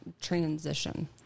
transition